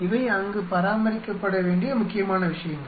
இவை அங்கு பராமரிக்கப்பட வேண்டிய முக்கியமான விஷயங்கள்